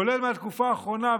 כולל מהתקופה האחרונה,